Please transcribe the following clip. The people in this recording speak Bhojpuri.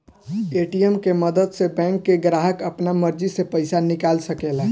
ए.टी.एम के मदद से बैंक के ग्राहक आपना मर्जी से पइसा निकाल सकेला